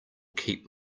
keep